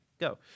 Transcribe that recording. Go